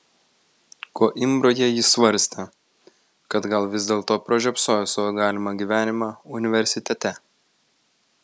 koimbroje jis svarstė kad gal vis dėlto pražiopsojo savo galimą gyvenimą universitete